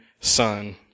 son